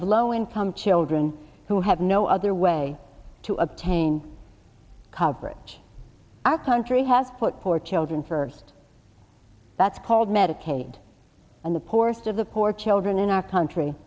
of low income children who have no other way to obtain coverage our country has put poor children first that's called medicaid and the poorest of the poor children in our country